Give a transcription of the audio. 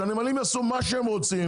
שהנמלים יעשו מה שהם רוצים.